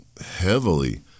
heavily